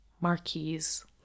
Marquise